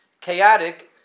Chaotic